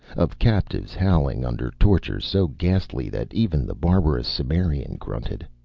of captives howling under tortures so ghastly that even the barbarous cimmerian grunted.